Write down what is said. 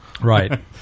Right